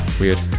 weird